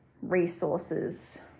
resources